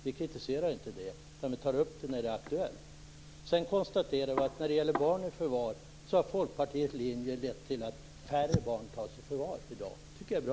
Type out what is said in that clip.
Vi kritiserar inte det utan tar upp frågorna när de är aktuella. Vi konstaterar vidare att Folkpartiets linje när det gäller barn i förvar har lett till att färre barn i dag tas i förvar. Jag tycker att det är bra.